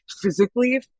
physically